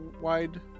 wide